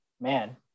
man